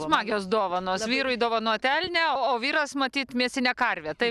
smagios dovanos vyrui dovanot elnią o o vyras matyt mėsinę karvę taip